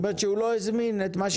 זאת אומרת שהוא לא הזמין את מה שמותר לו.